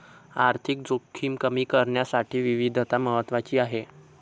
आर्थिक जोखीम कमी करण्यासाठी विविधता महत्वाची आहे